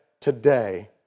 today